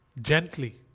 gently